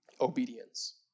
Obedience